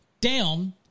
down